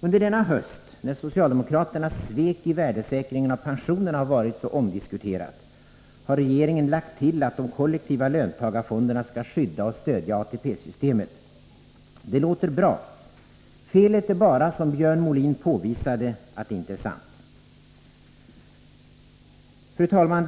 Under denna höst — när socialdemokraternas svek i värdesäkringen av pensionerna har varit så omdiskuterat — har regeringen lagt till att de kollektiva löntagarfonderna skall skydda och stödja ATP-systemet. Det låter naturligtvis bra. Felet är bara — som Björn Molin påvisade — att det inte är sant. Fru talman!